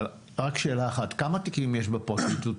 כמה תיקים תקועים בפרקליטות?